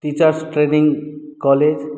teacher's training college